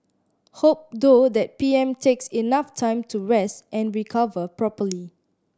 hope though that P M takes enough time to rest and recover properly